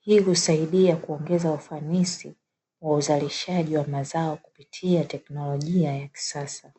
hii husaidia kuongeza ufanisi wa uzalishaji wa mazao kupitia teknolojia ya kisasa.